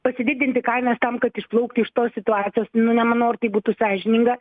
pasididinti kainas tam kad išplaukti iš tos situacijos nu nemanau ar tai būtų sąžininga